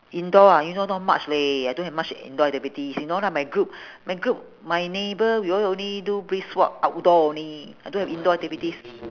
indoor ah indoor not much leh I don't have much indoor activities you know lah my group my group my neighbour we all only do brisk walk outdoor only I don't have indoor activities